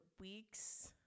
weeks